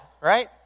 right